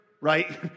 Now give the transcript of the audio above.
right